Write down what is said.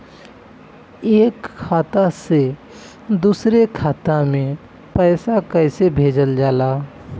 एक खाता से दुसरे खाता मे पैसा कैसे भेजल जाला?